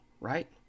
right